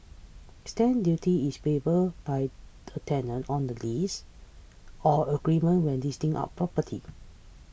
stamp duty is payable by a tenant on the lease or agreement when leasing property